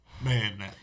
Man